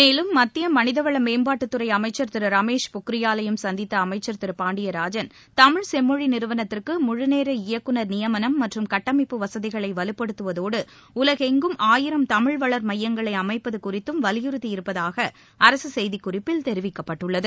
மேலும் மத்திய மனிதவள மேம்பாட்டுத்துறை அமைச்சர் திரு ரமேஷ் பொக்ரியாலையும் சந்தித்த அமைச்சர் திரு பாண்டியராஜன் தமிழ செம்மொழி நிறுவனத்திற்கு முழுநேர இயக்குநர் நியமனம் மற்றும் கட்டமைப்பு வசதிகளை வலுப்படுத்துவதோடு உலகெங்கும் ஆயிரம் தமிழ் வளர் மையங்களை அமைப்பது குறித்தும் வலியுறுத்தியிருப்பதாக அரசு செய்திக்குறிப்பில் தெரிவிக்கப்பட்டுள்ளது